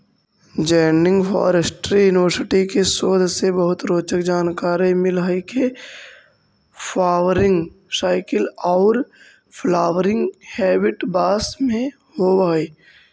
Nanjing forestry university के शोध से बहुत रोचक जानकारी मिल हई के फ्वावरिंग साइकिल औउर फ्लावरिंग हेबिट बास में होव हई